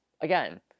Again